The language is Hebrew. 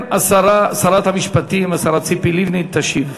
שרת המשפטים, השרה ציפי לבני, תשיב.